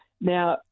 Now